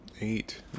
eight